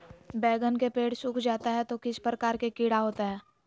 बैगन के पेड़ सूख जाता है तो किस प्रकार के कीड़ा होता है?